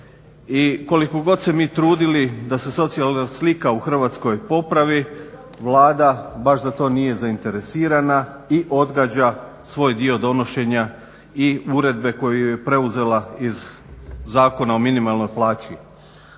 I koliko god se mi trudili da se socijalna slika u Hrvatskoj popravi Vlada baš za to nije zainteresirana i odgađa svoj dio donošenja i uredbe koju je preuzela iz Zakona o minimalnoj plaći.